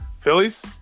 Phillies